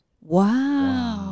wow